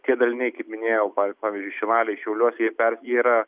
tie daliniai kaip minėjau pav pavyzdžiui šilalėj šiauliuose jie per jie yra